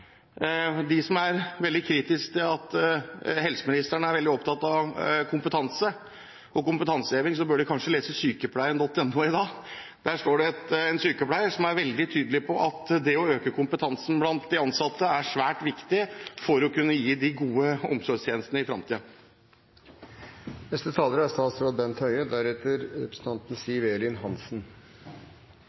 de som er veldig kritiske til at helseministeren er veldig opptatt av kompetanse og kompetanseheving, kanskje burde lese sykepleien.no for i dag. Der står det om en sykepleier som er veldig tydelig på at det å øke kompetansen blant de ansatte er svært viktig for å kunne gi de gode omsorgstjenestene i fremtiden. For det første er det viktig i denne debatten, som også representanten